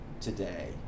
today